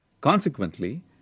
Consequently